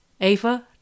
Ava